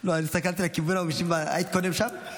הסתכלתי לכיוון ההוא, היית קודם שם?